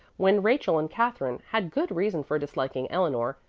when rachel and katherine had good reason for disliking eleanor,